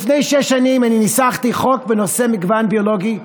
לפני שש שנים ניסחתי חוק בנושא מגוון ביולוגי.